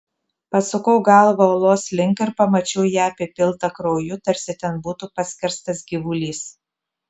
pasukau galvą uolos link ir pamačiau ją apipiltą krauju tarsi ten būtų paskerstas gyvulys